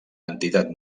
entitat